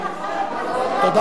אתה לא צודק.